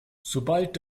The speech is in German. sobald